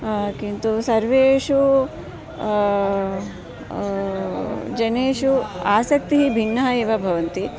किन्तु सर्वेषु जनेषु आसक्तिः भिन्नः एव भवन्ति